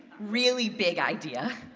really big idea,